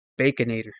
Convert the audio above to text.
Baconator